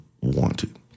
wanted